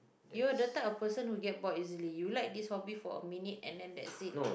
you're the type of person who get bored easily you like this hobby for a minute and then that's it